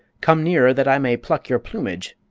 come nearer, that i may pluck your plumage!